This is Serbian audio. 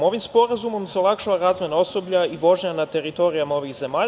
Ovim sporazumom se olakšava razmena osoblja i vožnja na teritorijama ovih zemalja.